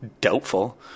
Doubtful